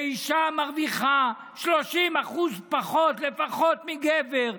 שאישה מרוויחה 30% פחות מגבר לפחות,